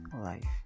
life